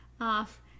off